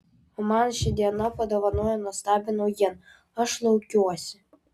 o man ši diena padovanojo nuostabią naujieną aš laukiuosi